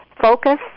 focus